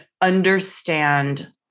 understand